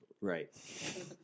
right